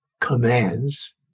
commands